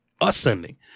ascending